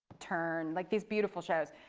turn, like these beautiful shows.